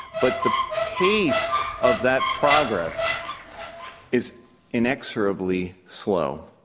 but the pace of that progress is inexorably slow.